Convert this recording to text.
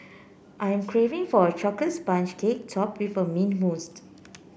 I'm craving for a chocolate sponge cake topped with mint moussed